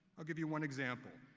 i'll give you one example.